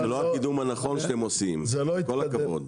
זה לא הקידום הנכון שאתם עושים, עם כל הכבוד.